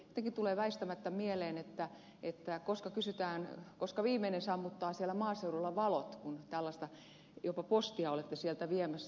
jotenkin tulee väistämättä mieleen koska viimeinen sammuttaa siellä maaseudulla valot kun jopa postia olette sieltä viemässä